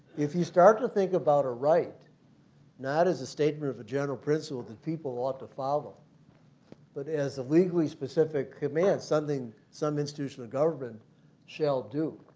if you start to think about a right not as a statement of a general principle that people ought to follow but as the legally specific commands, some institutional government shall do,